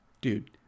dude